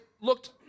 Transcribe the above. looked